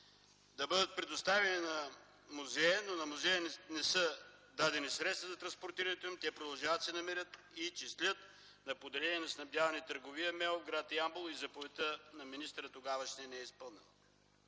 да бъдат предоставени на музея, но на музея не са дадени средства за транспортирането им и те продължават да се намират и числят на поделение за „Снабдяване и търговия МО” – гр. Ямбол и заповедта на тогавашния министър не е изпълнена.